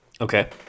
Okay